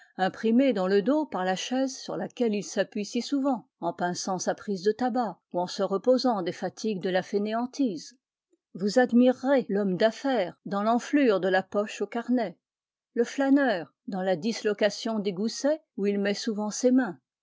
imprimée dans le dos par la chaise sur laquelle il s'appuie si souvent en pinçant sa prise de tabac ou en se reposant des fatigues de la fainéantise vous admirerez l'homme d'aff'aires dans l'enflure de la poche aux carnets le flâneur dans la dislocation des goussets où il met souvent ses mains